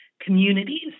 communities